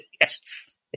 Yes